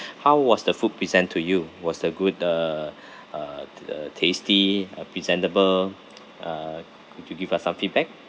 how was the food present to you was the good uh uh to the tasty uh presentable uh could you give us some feedback